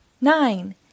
nine